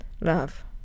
Love